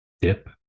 dip